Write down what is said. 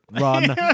Run